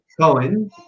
Cohen